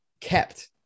kept